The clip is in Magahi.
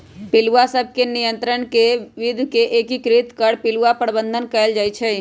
पिलुआ सभ के नियंत्रण के विद्ध के एकीकृत कर पिलुआ प्रबंधन कएल जाइ छइ